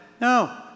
No